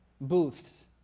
booths